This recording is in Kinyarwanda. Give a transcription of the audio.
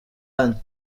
ahandi